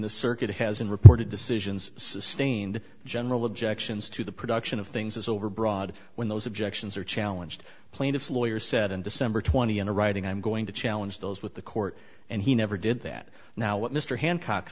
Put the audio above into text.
the circuit has been reported decisions sustained general objections to the production of things as overbroad when those objections are challenged plaintiff's lawyer said in december twenty in a writing i'm going to challenge those with the court and he never did that now what mr hancock